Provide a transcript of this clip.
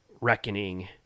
reckoning